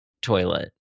toilet